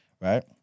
right